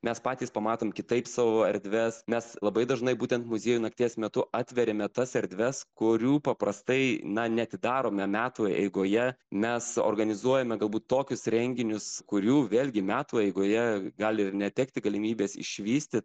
mes patys pamatom kitaip savo erdves mes labai dažnai būtent muziejų nakties metu atveriame tas erdves kurių paprastai na neatidarome metų eigoje mes organizuojame galbūt tokius renginius kurių vėlgi metų eigoje gali ir netekti galimybės išvysti